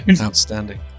Outstanding